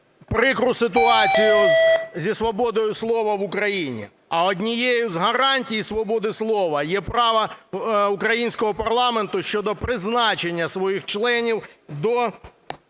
прикру ситуацію зі свободою слова в Україні, а однією з гарантій свободи слова є право українського парламенту щодо призначення своїх членів до